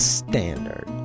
standard